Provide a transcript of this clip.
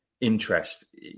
interest